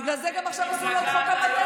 בגלל זה גם עכשיו עשו לו את חוק המתנות,